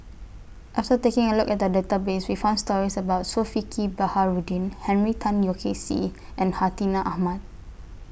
after taking A Look At The Database We found stories about Zulkifli Baharudin Henry Tan Yoke See and Hartinah Ahmad